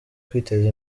kwiteza